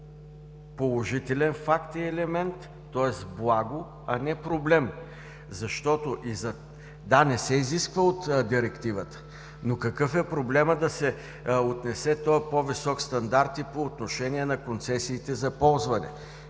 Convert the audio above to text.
е положителен факт и елемент, тоест благо, а не проблем. Да, не се изисква от Директивата, но какъв е проблемът този по-висок стандарт да се отнесе и по отношение на концесиите за ползване?